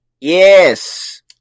Yes